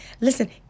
listen